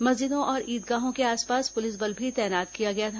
मस्जिदों और ईदगाहों के आसपास पुलिस बल भी तैनात किया गया था